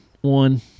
one